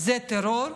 זה טרור,